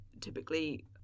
typically